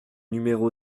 numéro